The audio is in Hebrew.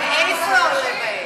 איפה עולה באש?